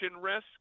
risk